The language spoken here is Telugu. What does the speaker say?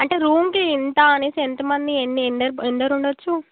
అంటే రూమ్కి ఇంత అనేసి ఎంతమంది ఎన్ ఎన్ ఎందరుండొచ్చు